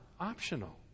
optional